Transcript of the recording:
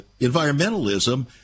environmentalism